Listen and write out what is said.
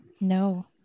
No